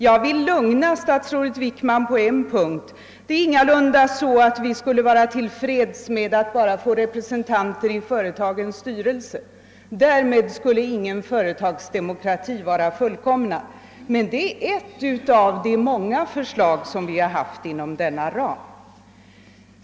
Jag vill lugna statsrådet Wickman på en punkt: Det är ingalunda så, att vi skulle vara till freds med att bara få representanter i företagens styrelser. Därmed skulle ingen företagsdemokrati vara fullkomnad. Men det är ett av de många förslag som vi har lagt fram inom denna ram.